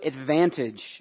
advantage